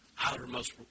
outermost